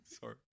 Sorry